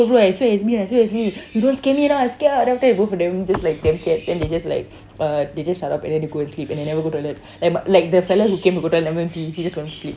bro I swear its me I swear its me you don't scare me now I scared ah then after that both of them just like damn scared then they just like uh they just shut up and then they go and sleep and they never go toilet and my like the fellow who came to go toilet never even pee he just go and sleep